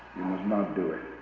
not do it.